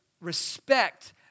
respect